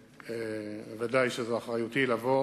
ודאי שזאת אחריותי לבוא